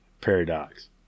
paradox